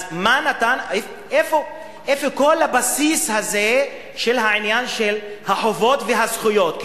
אז איפה כל הבסיס הזה של החובות והזכויות,